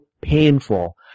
painful